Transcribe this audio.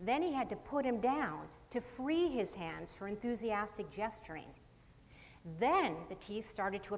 then he had to put him down to free his hands for enthusiastic gesturing then the tea started to